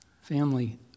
Family